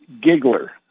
giggler